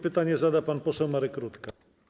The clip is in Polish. Pytanie zada pan poseł Marek Rutka.